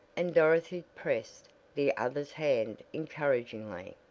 and dorothy pressed the other's hand encouragingly.